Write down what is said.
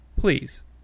please